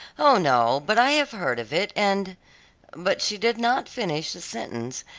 oh, no, but i have heard of it, and but she did not finish the sentence,